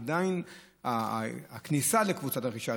עדיין הכניסה לקבוצה הרכישה,